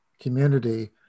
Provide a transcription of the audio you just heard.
community